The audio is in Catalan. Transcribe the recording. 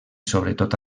sobretot